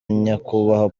nyakubahwa